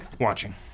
Watching